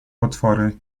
potwory